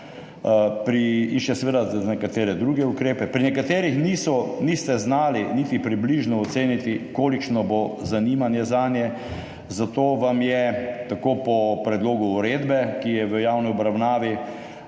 in še nekaterih drugih ukrepov, pri katerih niste znali niti približno oceniti, kolikšno bo zanimanje zanje, zato vam je, po predlogu uredbe, ki je v javni obravnavi,